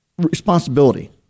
responsibility